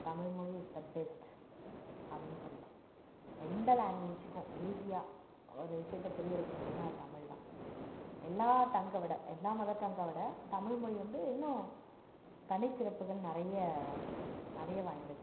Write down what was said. தமிழ்மொழி is the best அப்படின்னு சொல்லலாம் எந்த லேங்வேஜ்க்கும் ஈஸியாக ஒரு விஷயத்தை புரிய வைக்க முடியும்ன்னா அது தமிழ் தான் எல்லா டங்கை விட எல்லா மதர் டங்கை விட தமிழ்மொழி வந்து இன்னும் தனிச்சிறப்புகள் நிறைய நிறைய வாய்ந்தது